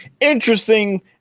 interesting